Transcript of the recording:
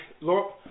Lord